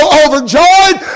overjoyed